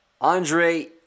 Andre